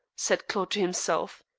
said claude to himself.